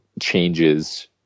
changes